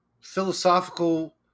philosophical